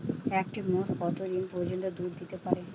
একটি মোষ কত দিন পর্যন্ত দুধ দিতে পারে?